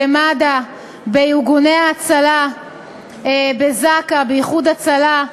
במד"א, בארגוני ההצלה, בזק"א, ב"איחוד הצלה".